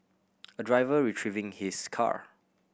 a driver retrieving his car